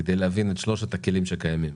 כדי להבין את שלושת הכלים שקיימים.